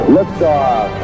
Liftoff